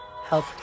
help